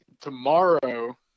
tomorrow